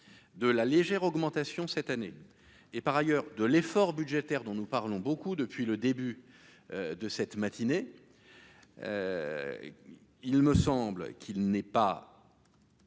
de la légère augmentation cette année, et par ailleurs de l'effort budgétaire dont nous parlons beaucoup depuis le début de cette matinée, il me semble qu'il n'est pas.